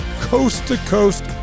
coast-to-coast